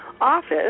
office